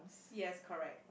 yes correct